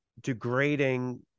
degrading